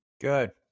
Good